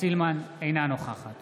אינה נוכחת